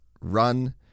run